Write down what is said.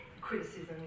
criticism